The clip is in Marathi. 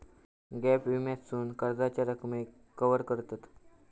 गॅप विम्यासून कर्जाच्या रकमेक कवर करतत